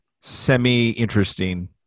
Semi-interesting